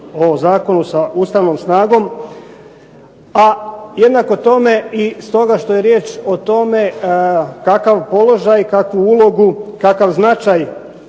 o zakonu sa ustavnom snagom. A jednako tome stoga što je riječ o tome kakav položaj, ulogu i značaj